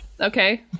Okay